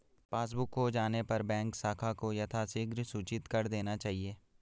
passbook खो जाने पर बैंक शाखा को यथाशीघ्र सूचित कर देना चाहिए